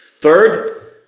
Third